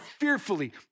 fearfully